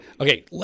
Okay